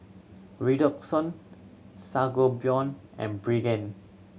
Redoxon Sangobion and Pregain